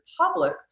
public